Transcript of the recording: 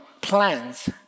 plans